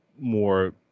more